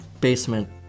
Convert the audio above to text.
basement